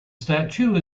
statue